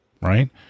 right